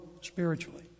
spiritually